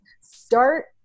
start